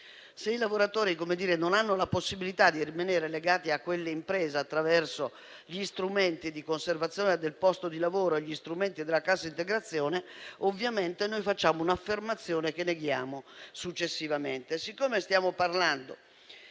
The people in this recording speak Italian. Se i lavoratori non hanno la possibilità di rimanere legati a quell'impresa attraverso agli strumenti di conservazione del posto di lavoro e a quelli della cassa integrazione, noi facciamo un'affermazione che neghiamo successivamente. Siccome stiamo parlando,